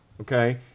okay